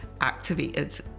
activated